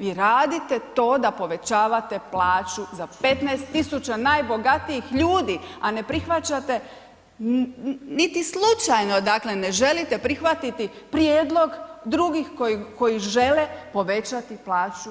Vi radite to da povećavate plaću za 15 tisuća najbogatijih ljudi a ne prihvaćate, niti slučajno dakle ne želite prihvatiti prijedlog drugih koji žele povećati plaću